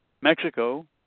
Mexico